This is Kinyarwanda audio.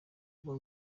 uba